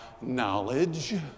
knowledge